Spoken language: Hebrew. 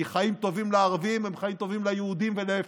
כי חיים טובים לערבים הם חיים טובים ליהודים ולהפך,